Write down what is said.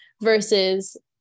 versus